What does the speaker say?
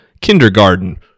kindergarten